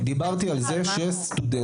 אם מוסד אקדמי יודע שיש סטודנטים